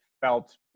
felt